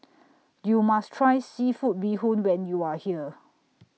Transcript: YOU must Try Seafood Bee Hoon when YOU Are here